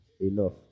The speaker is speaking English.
enough